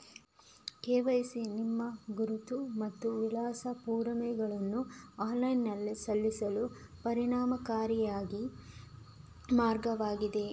KYC ನಿಮ್ಮ ಗುರುತು ಮತ್ತು ವಿಳಾಸ ಪುರಾವೆಗಳನ್ನು ಆನ್ಲೈನಿನಲ್ಲಿ ಸಲ್ಲಿಸಲು ಪರಿಣಾಮಕಾರಿ ಮಾರ್ಗವಾಗಿದೆ